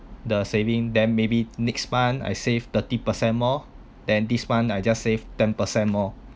the saving then maybe next month I save thirty percent more then this month I just save ten percent more